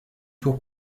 tour